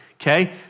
okay